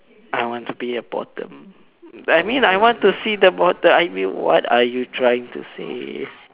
I want to be a bottom I mean I want to see the bottom I mean what are you trying to say